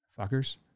Fuckers